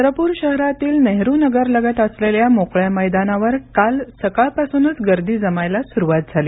चंद्रपूर शहरातील नेहरू नगर लगत असलेल्या मोकळ्या मैदानावर काल सकाळपासूनच गर्दी जमायला सुरुवात झाली